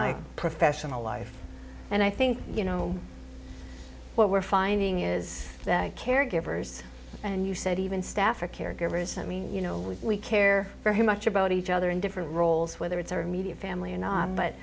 my professional life and i think you know what we're finding is that caregivers and you said even staff are caregivers i mean you know we we care very much about each other in different roles whether it's our immediate family or not but